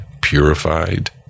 purified